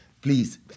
Please